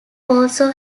also